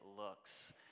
looks